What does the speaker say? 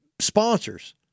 sponsors